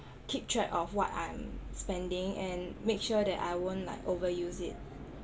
keep track of what I'm spending and make sure that I won't like overuse it